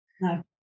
no